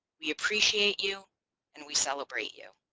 we appreciate you and we celebrate you.